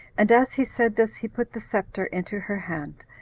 and as he said this, he put the scepter into her hand,